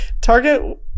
Target